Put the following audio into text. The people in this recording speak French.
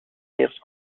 meilleurs